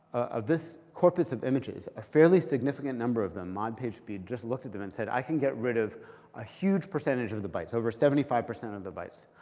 this corpus of images, a fairly significant number of them, mod pagespeed just looked at them and said, i can get rid of a huge percentage of the bytes. over seventy five percent of the bytes.